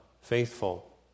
faithful